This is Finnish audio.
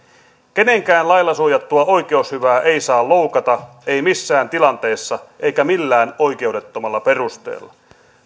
kenenkään lailla suojattua oikeushyvää ei saa loukata ei missään tilanteessa eikä millään oikeudettomalla perusteella